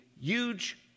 huge